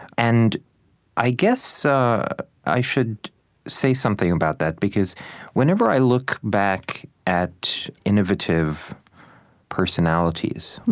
and i guess so i should say something about that because whenever i look back at innovative personalities,